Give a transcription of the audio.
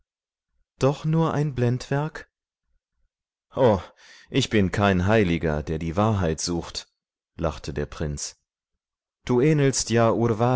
doch nur ein blendwerk o ich bin kein heiliger der die wahrheit sucht lachte der prinz du ähnelst ja urvasi